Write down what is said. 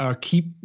keep